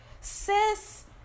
sis